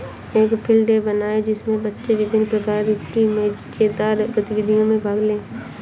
एक field day बनाएं जिसमें बच्चे विभिन्न प्रकार की मजेदार गतिविधियों में भाग लें